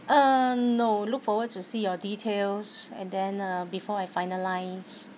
uh no look forward to see your details and then uh before I finalise